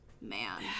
man